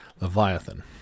Leviathan